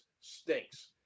stinks